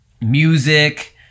music